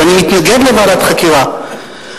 ואני מתנגד לוועדת חקירה,